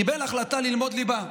קיבל החלטה ללמוד ליבה,